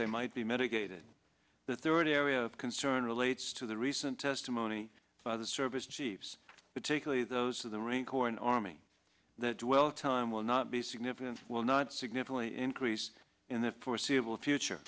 they might be mitigated that their area of concern relates to the recent testimony by the service chiefs particularly those of the marine corps an army that dwell time will not be significant will not significantly increase in the foreseeable future